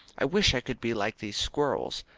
i wish i could be like these squirrels,